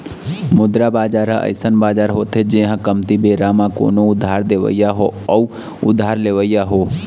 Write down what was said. मुद्रा बजार ह अइसन बजार होथे जिहाँ कमती बेरा बर कोनो उधार देवइया हो अउ उधार लेवइया हो